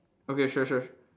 okay sure sure